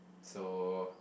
so